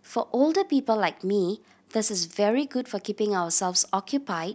for older people like me this is very good for keeping ourselves occupy